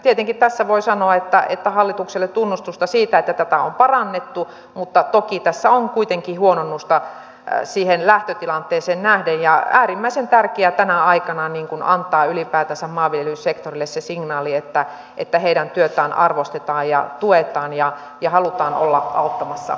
tietenkin tässä voi sanoa hallitukselle tunnustusta siitä että tätä on parannettu mutta toki tässä on kuitenkin huononnusta siihen lähtötilanteeseen nähden ja äärimmäisen tärkeää tänä aikana on antaa ylipäätänsä maanviljelysektorille se signaali että heidän työtään arvostetaan ja tuetaan ja halutaan olla auttamassa pahimman yli